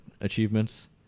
achievements